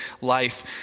life